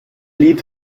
lied